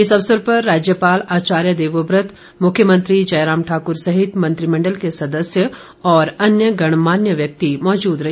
इस अवसर पर राज्यपाल आचार्य देवव्रत मुख्यमंत्री जयराम ठाकर सहित मंत्रिमण्डल के सदस्य और अन्य गणमान्य व्यक्ति मौजूद रहे